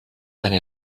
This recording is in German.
eine